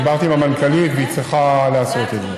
דיברתי עם המנכ"לית והיא צריכה לעשות את זה.